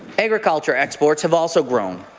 agriculture exports have also grown.